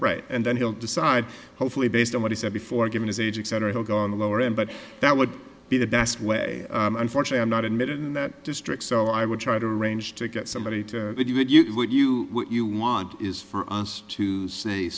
right and then he'll decide hopefully based on what he said before given his age etc he'll go on the lower end but that would be the best way unfortunate i'm not admitted in that district so i would try to arrange to get somebody to do it you do what you what you want is for us to say